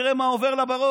תראה מה עובר לה בראש,